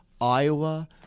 Iowa